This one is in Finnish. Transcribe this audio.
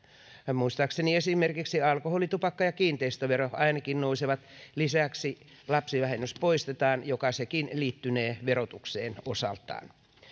muistaakseni esimerkiksi alkoholi tupakka ja kiinteistövero ainakin nousevat lisäksi lapsivähennys poistetaan joka sekin liittynee verotukseen osaltaan